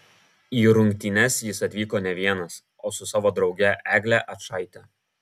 į rungtynes jis atvyko ne vienas o su savo drauge egle ačaite